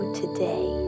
today